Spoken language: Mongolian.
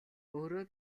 өөрөө